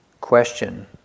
question